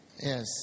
Yes